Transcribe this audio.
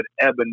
Evan